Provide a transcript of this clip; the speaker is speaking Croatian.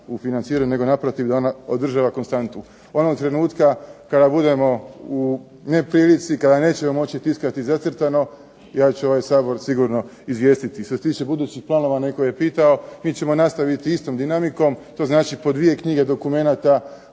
financiranju, nego naprotiv da ona održava konstantu. Onog trenutka kada budemo u neprilici, kada nećemo moći tiskati zacrtano, ja ću ovaj Sabor sigurno izvijestiti. Što se tiče budućih planova netko je pitao, mi ćemo nastaviti istom dinamikom, to znači po dvije knjige dokumenata